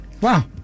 Wow